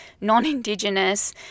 non-indigenous